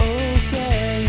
okay